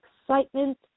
excitement